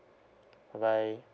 bye bye